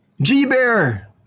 G-Bear